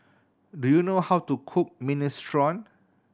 do you know how to cook Minestrone